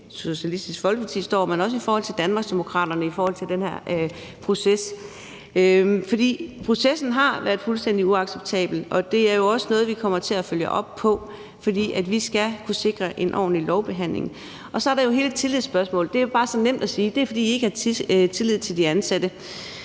Socialistisk Folkeparti står, men også, hvor Danmarksdemokraterne står i forhold til den her proces. For processen har været fuldstændig uacceptabel, og det er jo også noget, vi kommer til at følge op på, for vi skal kunne sikre en ordentlig lovbehandling. Og så er der jo hele tillidsspørgsmålet. Det er jo bare så nemt at sige: Det er, fordi I ikke har tillid til de ansatte.